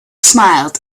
smiled